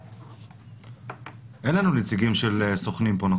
שהם צריכים להציג כדי להיכנס